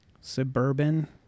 suburban